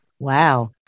Wow